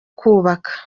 kubaka